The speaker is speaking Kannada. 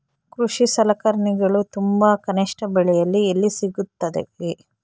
ಕೃಷಿ ಸಲಕರಣಿಗಳು ತುಂಬಾ ಕನಿಷ್ಠ ಬೆಲೆಯಲ್ಲಿ ಎಲ್ಲಿ ಸಿಗುತ್ತವೆ?